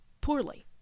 poorly